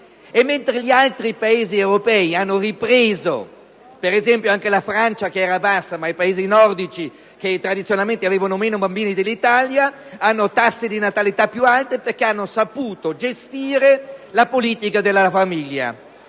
mentre gli altri Stati europei si sono ripresi. Per esempio, la Francia e i Paesi nordici, che tradizionalmente avevano meno bambini dell'Italia, hanno tassi di natalità più alti, perché hanno saputo gestire le politiche della famiglia.